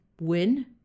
win